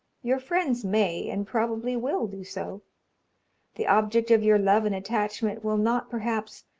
your friends may, and probably will, do so the object of your love and attachment will not, perhaps,